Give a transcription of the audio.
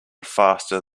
faster